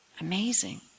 Amazing